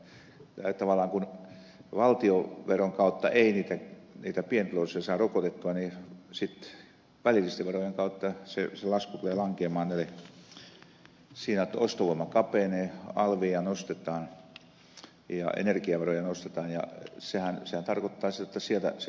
ja tavallaan kun valtionveron kautta ei niitä pienituloisia saa rokotettua niin sitten välillisten verojen kautta se lasku tulee lankeamaan näille siinä jotta ostovoima kapenee alvia nostetaan ja energiaveroja nostetaan ja sehän tarkoittaa sitä jotta siellä se ostovoima on pienempi